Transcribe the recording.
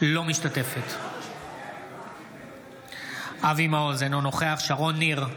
אינה משתתפת בהצבעה אבי מעוז, אינו נוכח שרון ניר,